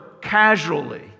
casually